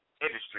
industry